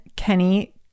Kenny